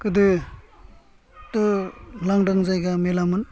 गोदो लान्दां जायगा मेला मोन